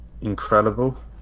incredible